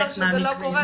זה לא אומר שזה לא קורה,